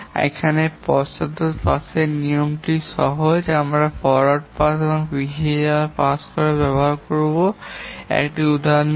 এখানে পশ্চাদপদ পাসের নিয়মটি সহজ আমরা ফরওয়ার্ড পাস এবং পিছিয়ে পাস বিবেচনা করার জন্য একটি উদাহরণ নেব